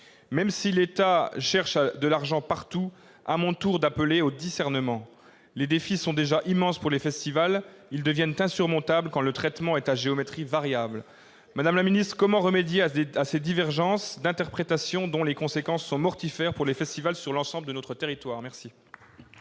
Même si l'État cherche de l'agent partout, j'en appelle à mon tour au discernement ! Les défis sont déjà immenses pour les festivals. Ils deviennent insurmontables quand le traitement est à géométrie variable. Madame la ministre, comment remédier à ces divergences d'interprétation dont les conséquences sont mortifères pour les festivals sur l'ensemble de notre territoire ?